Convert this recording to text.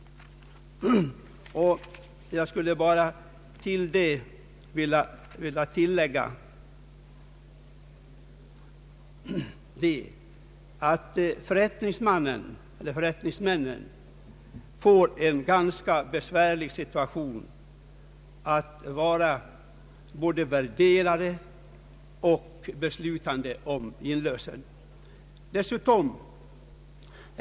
Jag skulle bara vilja tillägga att det blir en ganska besvärlig situation för förrättningsmännen att vara både värderare och beslutande i fråga om inlösen.